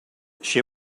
she